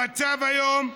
במצב היום,